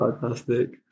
Fantastic